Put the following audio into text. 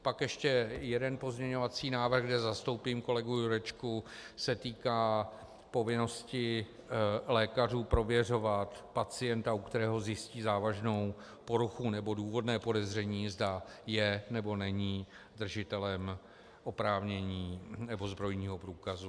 Pak ještě jeden pozměňovací návrh, kde zastoupím kolegu Jurečku, se týká povinnosti lékařů prověřovat pacienta, u kterého zjistí závaznou poruchu nebo důvodné podezření, zda je, nebo není držitelem oprávnění nebo zbrojního průkazu.